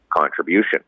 contribution